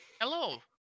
Hello